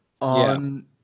on